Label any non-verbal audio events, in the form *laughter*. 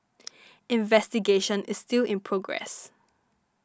*noise* investigation is still in progress